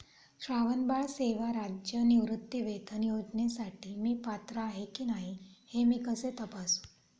श्रावणबाळ सेवा राज्य निवृत्तीवेतन योजनेसाठी मी पात्र आहे की नाही हे मी कसे तपासू?